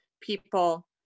people